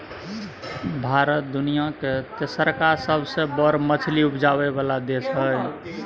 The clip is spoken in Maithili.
भारत दुनिया के तेसरका सबसे बड़ मछली उपजाबै वाला देश हय